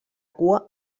cua